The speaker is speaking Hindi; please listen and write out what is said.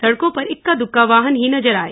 सड़कों पर इक्का दुक्का वाहन ही नजर आए